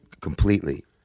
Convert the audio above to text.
Completely